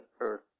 Earth